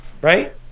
Right